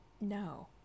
No